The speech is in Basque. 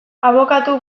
abokatu